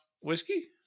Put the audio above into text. whiskey